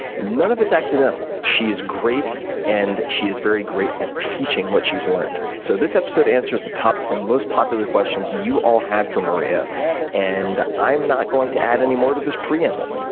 none of it's accidental. she is great and she is very great at teaching what she's learned. so this episode answers the top ten most popular questions you all had for maria and i'm not going to add any more to this preamble.